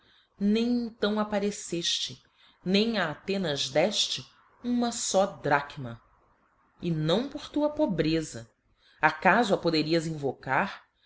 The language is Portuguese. nem então apparecefte nem a athenas défte uma fó drachma e não por tua pobreza acafo a poderias invocar